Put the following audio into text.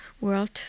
world